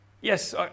Yes